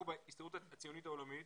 אנחנו בהסתדרות הציונית העולמית,